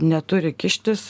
neturi kištis